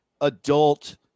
adult